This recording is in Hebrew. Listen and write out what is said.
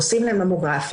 עושים להן ממוגרפיה,